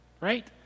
Right